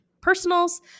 personals